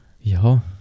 Ja